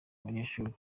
banyeshuri